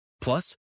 Plus